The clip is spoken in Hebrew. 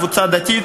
קבוצה דתית,